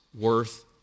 worth